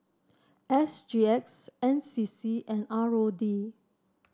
S G X N C C and R O D